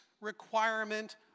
requirement